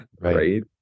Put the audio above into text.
right